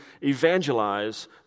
evangelize